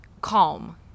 calm